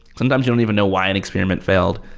sometimes you don't even know why an experiment failed.